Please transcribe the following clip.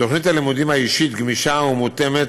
תוכנית הלימודים האישית גמישה ומותאמת,